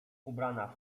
ubrana